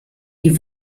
die